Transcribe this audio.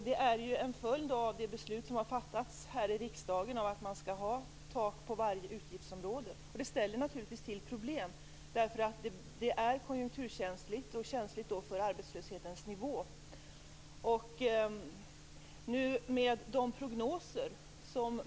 Detta är en följd av det beslut som har fattats här i riksdagen om att det skall finnas ett tak på varje utgiftsområde, något som naturligtvis ställer till problem, eftersom detta är konjunkturkänsligt och känsligt för arbetslöshetens nivå.